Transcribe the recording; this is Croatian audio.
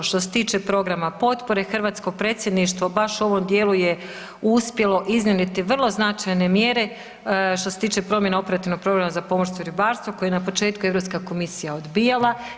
Što se tiče programa potpore hrvatsko predsjedništvo baš u ovom dijelu je uspjelo iznjedriti vrlo značajne mjere što se tiče promjene operativnog programa za pomorstvo i ribarstvo koje je na početku Europska komisija odbijala.